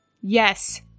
yes